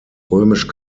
römisch